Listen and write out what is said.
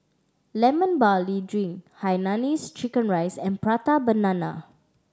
Lemon Barley Drink hainanese chicken rice and Prata Banana